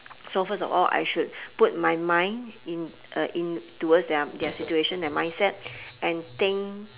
so first of all I should put my mind in uh in towards their their situation their mindset and think